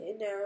now